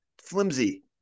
Flimsy